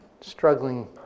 struggling